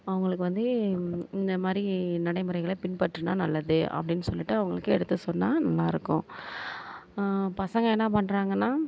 அவங்களுக்கு வந்து இந்தமாதிரி நடைமுறைகளை பின்பற்றினால் நல்லது அப்படினு சொல்லிவிட்டு அவங்களுக்கு எடுத்து சொன்னால் நல்லாயிருக்கும் பசங்க என்ன பண்ணுறாங்கனா